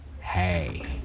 Hey